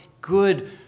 good